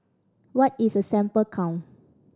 what is a sample count